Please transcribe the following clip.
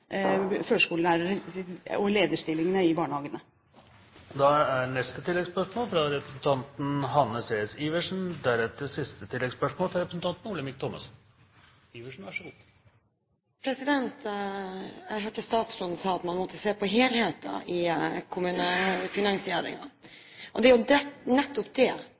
førskolelærere og lederstillinger i barnehagene. Hanne C.S. Iversen – til oppfølgingsspørsmål. Jeg hørte at statsråden sa at man måtte se på helheten i kommunefinansieringen. Det er jo nettopp det